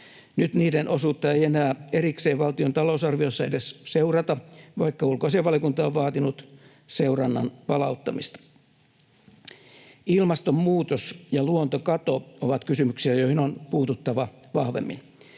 Nyt niiden osuutta ei enää erikseen valtion talousarviossa edes seurata, vaikka ulkoasiainvaliokunta on vaatinut seurannan palauttamista. Ilmastonmuutos ja luontokato ovat kysymyksiä, joihin on puututtava vahvemmin.